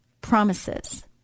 promises